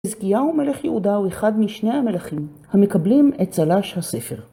עזקיהו מלך יהודה הוא אחד משני המלכים, המקבלים את צלש הספר.